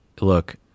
look